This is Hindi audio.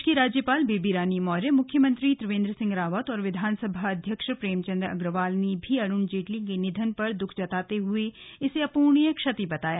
प्रदेश की राज्यपाल बेबी रानी मौर्य मुख्यमंत्री त्रिवेंद्र सिंह रावत और विधानसभा अध्यक्ष प्रेमचंद अग्रवाल ने भी अरुण जेटली के निधन पर दुख जताते हुए इसे अप्ररणीय क्षति बताया